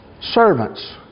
Servants